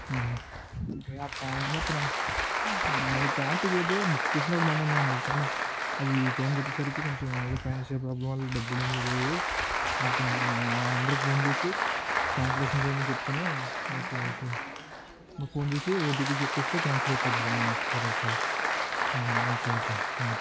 ఆ ప్యాంట్ మాత్రం మరి ప్యాంటుకి అయితే బుక్ చేసినప్పుడు మనీ ఉన్నాయి అండి కానీ అది టైంకి వచ్చేసరికి కొంచెం ఏదో ఫైనాన్షియల్ ప్రాబ్లం వల్ల డబ్బులు అనేది లేదు ఓకే అండి ఆ నెంబర్కి ఫోన్ చేసి క్యాన్సిలేషన్ చేయమని చెప్తాను ఓకే ఓకే మాకు ఫోన్ చేసి ఓటీపీ చెప్తే కాన్సెల్ అయిపోద్ది సరే సరే ఓకే ఓకే థ్యాంక్ యూ